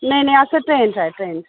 नेईं नेईं अस ट्रेन च आए ट्रेन च